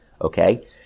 Okay